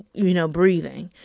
you know, breathing.